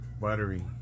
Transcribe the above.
Buttery